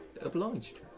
obliged